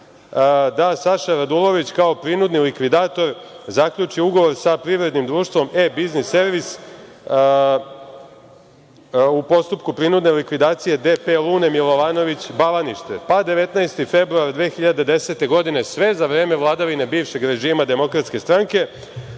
da Saša Radulović, kao prinudni likvidator, zaključi ugovor sa privrednim društvom „E biznis servis“ u postupku prinudne likvidacije DP „Lune milovanović“ Bavanište, pa, 19.02.2010. godine, sve za vreme vladavine bivšeg režima Demokratske Stranke